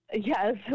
yes